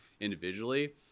individually